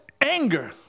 anger